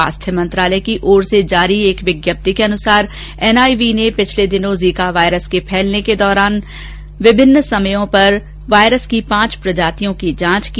स्वास्थ्य मंत्रालय की ओर से जारी एक विज्ञप्ति के अनुसार एनआईवी ने पिछले दिनों जीका वाइरस के फैलने के दौरान विभिन्न समयों पर वाइरस की पांच प्रजातियों की जांच की